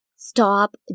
Stop